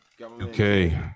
Okay